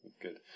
Good